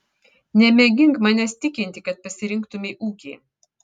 nemėgink manęs tikinti kad pasirinktumei ūkį